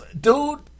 dude